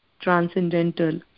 transcendental